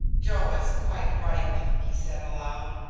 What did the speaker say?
joe is quite right, he said aloud.